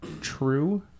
true